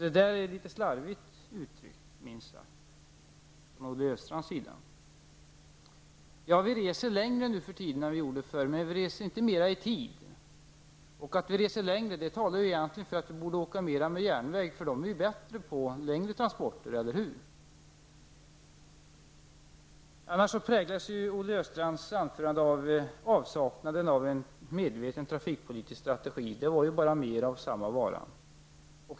Det är minst sagt litet slarvigt uttryckt från Olle Vi reser längre sträckor än vi gjorde förr, men vi reser inte mera i tid. Att vi reser längre talar egentligen för att vi borde åka mera med järnväg, eftersom den är bättre vid längre transporter eller hur? Olle Östrands anförande präglas av avsaknaden av en medveten trafikpolitisk strategi. Det var bara mer av samma vara.